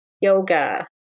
Yoga